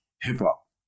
hip-hop